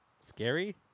scary